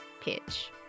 pitch